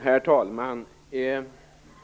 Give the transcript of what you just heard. Herr talman!